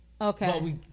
Okay